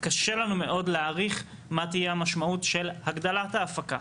קשה לנו מאוד להעריך מה תהיה המשמעות של הגדלת ההפקה,